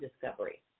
discovery